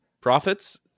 profits